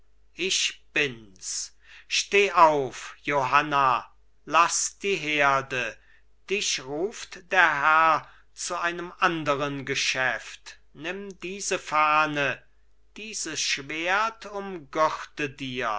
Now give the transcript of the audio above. ich bins steh auf johanna laß die herde dich ruft der herr zu einem anderen geschäft nimm diese fahne dieses schwert umgürte dir